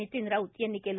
नितीन राऊत यांनी केले